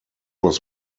was